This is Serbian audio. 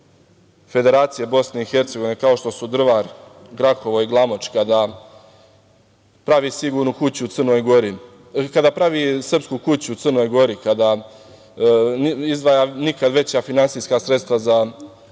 Federacije BiH, kao što su Drvar, Grahovo i Glamoč, kada pravi Srpsku kuću u Crnoj Gori, kada izdvaja nikad veća finansijska sredstva za